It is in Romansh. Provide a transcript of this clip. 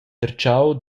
tertgau